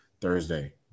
Thursday